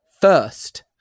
first